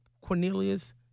Cornelius